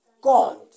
God